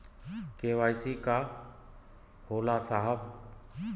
KYC का होला साहब?